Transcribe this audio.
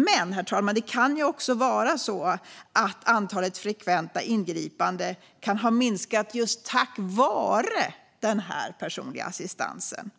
Men, herr talman, det kan ju också vara så att antalet frekventa ingripanden kan ha minskat just tack vare den här personliga assistansen.